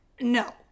No